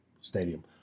stadium